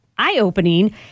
eye-opening